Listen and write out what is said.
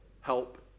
help